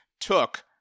took